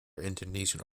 indonesian